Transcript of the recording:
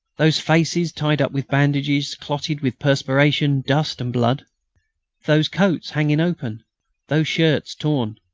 those faces tied up with bandages clotted with perspiration, dust, and blood those coats hanging open those shirts torn,